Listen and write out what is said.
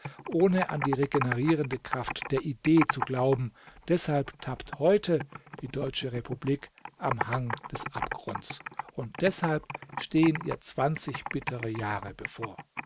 ohne an die regenerierende kraft der idee zu glauben deshalb tappt heute die deutsche republik am hang des abgrunds und deshalb stehen ihr zwanzig bittere jahre bevor